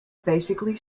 basically